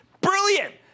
Brilliant